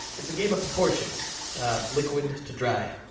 it's a game of proportions liquid to dry.